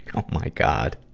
oh my god.